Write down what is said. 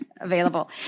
available